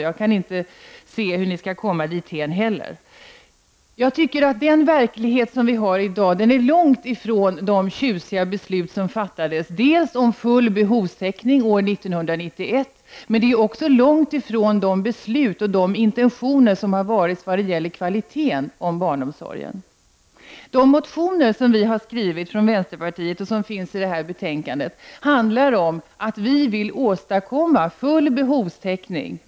Jag kan inte heller se hur ni skall komma dithän. Verkligheten i dag är långt ifrån fattade tjusiga beslut om full behovstäckning år 1991. Men den är också långt ifrån beslut och intentioner som gällt kvaliteten i barnomsorgen. I de motioner som vi i vänsterpartiet har skrivit och som finns med i det här betänkandet säger vi att vi vill åstadkomma full behovstäckning.